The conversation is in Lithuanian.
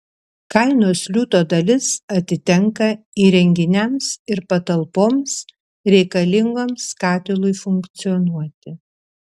kainos liūto dalis atitenka įrenginiams ir patalpoms reikalingoms katilui funkcionuoti